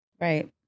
Right